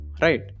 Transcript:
right